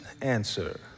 answer